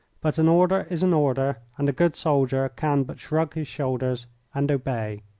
but an order is an order, and a good soldier can but shrug his shoulders and obey.